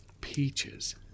Peaches